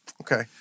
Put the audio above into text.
Okay